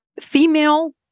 female